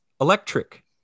electric